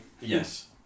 Yes